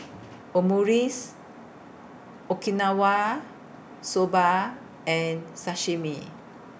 Omurice Okinawa Soba and Sashimi